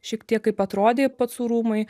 šiek tiek kaip atrodė pacų rūmai